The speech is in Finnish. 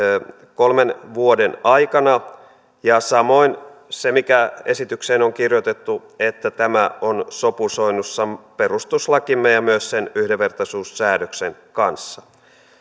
kolmen vuoden aikana ja samoin se mikä esitykseen on kirjoitettu että tämä on sopusoinnussa perustuslakimme ja myös sen yhdenvertaisuussäädöksen kanssa